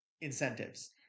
incentives